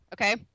Okay